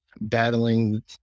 battling